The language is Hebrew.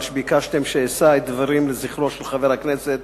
על שביקשתם שאשא דברים לזכרו של חבר הכנסת